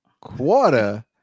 quarter